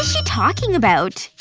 she talking about?